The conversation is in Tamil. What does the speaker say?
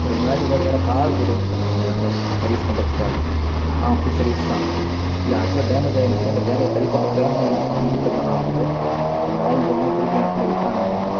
ஒரு ரெண்டு நாளைக்கு முன்னாடி என்னோட காரு போட்டுருந்தேன் சார் அங்கே உங்கள்ட்ட சர்வீஸ் பண்ணுறதுக்காக ஃபுல் சர்வீஸ் தான் இல்லை ஆக்சுவலாக டேமேஜ் ஆகிருந்துச்சி அந்த டேமேஜை சரி பண்ணுறதுக்காக அங்கே வண்டி விட்டுருந்தேன் நான் வந்து உங்கள் ஆளுங்கள் கொண்டு வந்து திருப்பி என் இடத்துல விட்டாங்க வந்து